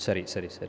சரி சரி சரி